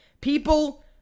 People